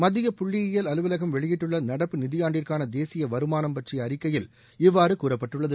மத்திய புள்ளியியல் அலுவலகம் வெளியிட்டுள்ள நடப்பு நிதி ஆண்டிற்கான தேசிய வருமானம் பற்றிய அறிக்கையில் இவ்வாறு கூறப்பட்டுள்ளது